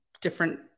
different